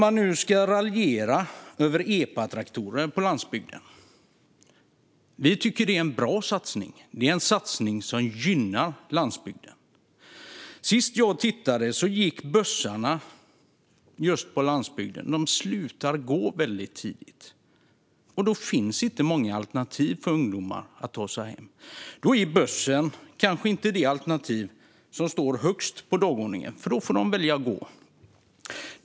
Apropå raljerandet över epatraktorer på landsbygden tycker vi att detta är en bra satsning. Det är en satsning som gynnar landsbygden. Sist jag tittade slutade bussarna på landsbygden att gå väldigt tidigt, och då finns inte många alternativ för ungdomar att ta sig hem. Då är bussen kanske inte det alternativ som står högst på dagordningen, för då får de välja att gå.